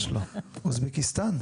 אוזבקיסטן.